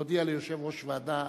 להודיע ליושב-ראש ועדת